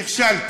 נהיגה,